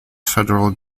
federal